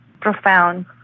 profound